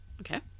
Okay